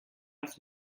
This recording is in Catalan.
els